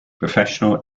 professional